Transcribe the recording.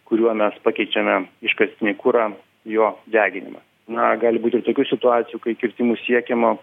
kuriuo mes pakeičiame iškastinį kurą jo deginimą na gali būt ir tokių situacijų kai kirtimu siekiama